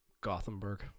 Gothenburg